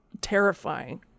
terrifying